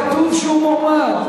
כתוב שהוא מועמד.